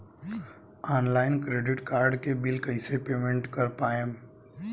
Online credit card के bill कइसे payment कर पाएम?